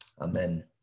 Amen